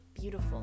beautiful